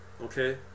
okay